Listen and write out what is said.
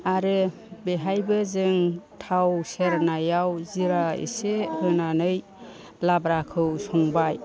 आरो बेवहायबो जों थाव सेरनायाव जिरा एसे होनानै लाब्राखौ संबाय